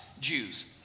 Jews